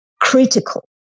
critical